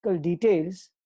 details